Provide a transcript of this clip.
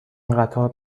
قطار